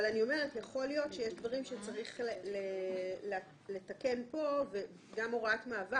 אבל יכול להיות שיש דברים שצריך לתקן כאן וגם הוראת מעבר.